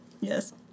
Yes